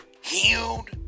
healed